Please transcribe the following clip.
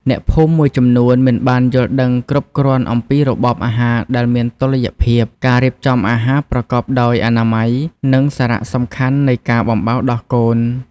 អ្នកភូមិមួយចំនួនមិនបានយល់ដឹងគ្រប់គ្រាន់អំពីរបបអាហារដែលមានតុល្យភាព ការរៀបចំអាហារប្រកបដោយអនាម័យ និងសារៈសំខាន់នៃការបំបៅដោះកូន។